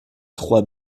trois